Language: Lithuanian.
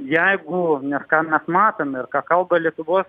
jeigu nes ką mes matome ir ką kalba lietuvos